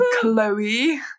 Chloe